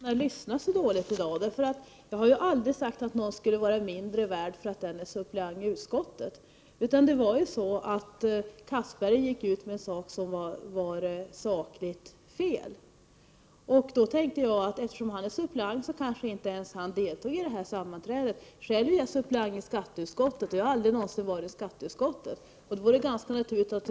Herr talman! Det är tråkigt att folkpartisterna lyssnar så dåligt i dag. Jag har aldrig sagt att någon skulle vara mindre värd för att han är suppleant i utskottet. Det var så att Castberger gick ut med en sak som var sakligt felaktig, och jag tänkte då att han kanske inte ens deltog i utskottssammanträdet eftersom han är suppleant. Själv är jag suppleant i skatteutskottet, och jag har aldrig någonsin varit där.